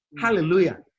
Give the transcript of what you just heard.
Hallelujah